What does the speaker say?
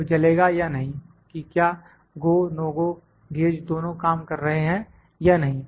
bulb जलेगा या नहीं कि क्या GO NO GO गेज दोनों काम कर रहे हैं या नहीं